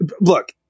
look